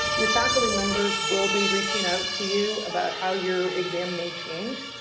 your faculty members will be reaching out to you about how your exam may change.